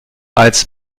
als